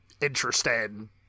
interesting